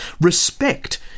Respect